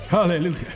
Hallelujah